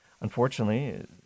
unfortunately